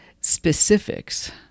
specifics